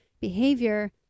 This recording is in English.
behavior